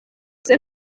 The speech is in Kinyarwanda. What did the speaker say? ese